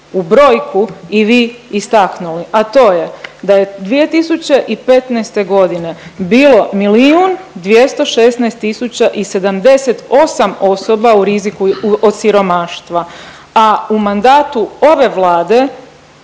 u brojku i vi istaknuli, a to je da je 2015. godine bilo 1.216.078 osoba u riziku od siromaštva, a u mandatu ove Vlade